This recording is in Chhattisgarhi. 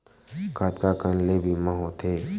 कतका कन ले बीमा होथे?